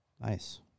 Nice